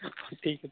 ହଉ ଠିକ୍ ଅଛି